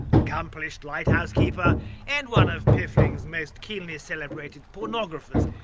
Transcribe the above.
accomplished lighthouse keeper and one of piffling's most keenly celebrated pornographers,